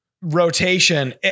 rotation